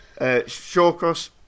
Shawcross